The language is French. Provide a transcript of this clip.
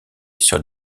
sur